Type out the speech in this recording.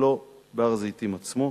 ולא בהר-הזיתים עצמו.